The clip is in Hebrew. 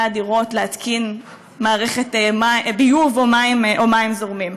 הדירות להתקין מערכת ביוב או מים זורמים.